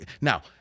now